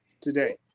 today